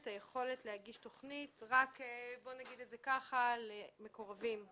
הצעת החוק את היכולת להגיש תוכנית רק למקורבים לעירייה,